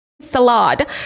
salad